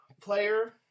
player